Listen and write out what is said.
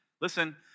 listen